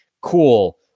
Cool